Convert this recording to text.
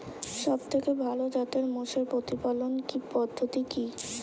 সবথেকে ভালো জাতের মোষের প্রতিপালন পদ্ধতি কি?